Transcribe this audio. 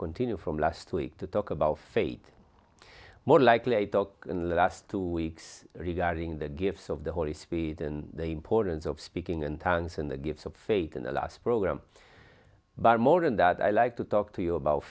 continue from last week to talk about faith more likely a talk in the last two weeks regarding the gifts of the holy spirit and the importance of speaking and hands in the gifts of faith in the last program but more than that i like to talk to you about